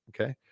Okay